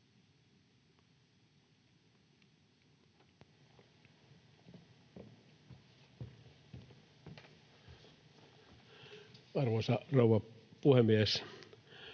Arvoisa rouva puhemies!